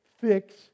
fix